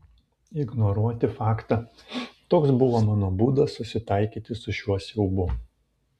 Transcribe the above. ignoruoti faktą toks buvo mano būdas susitaikyti su šiuo siaubu